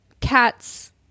cat's